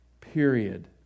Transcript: Period